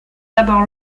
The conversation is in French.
d’abord